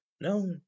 no